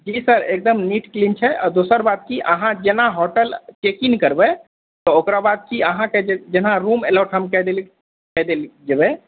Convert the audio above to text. जी sir एकदम neat clean छै आ दोसर बात कि अहाँ जेना होटल चेक इन करबै तऽ ओकरा बाद की अहाँके जेना रूम अलॉट हम कए देलिए कए देलियै तऽ